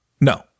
no